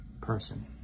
person